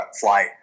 flight